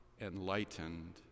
enlightened